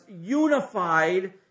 unified